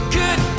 good